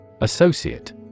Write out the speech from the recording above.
Associate